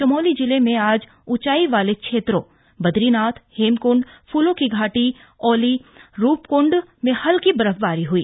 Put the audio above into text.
चमोली जिले में आज ऊचाई वाले क्षेत्रों बद्रीनाथ हेमकूंड फूलो की घाटी औली और रूपकंड में हल्की बर्फवारी हुई